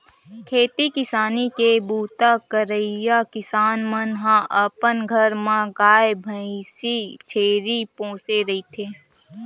खेती किसानी के बूता करइया किसान मन ह अपन घर म गाय, भइसी, छेरी पोसे रहिथे